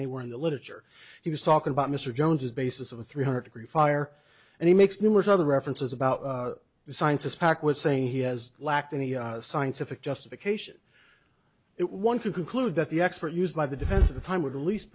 anywhere in the literature he was talking about mr jones as basis of a three hundred degree fire and he makes numerous other references about the sciences packwood saying he has lacked any scientific justification it one can conclude that the expert used by the defense of the time would at least